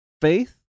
faith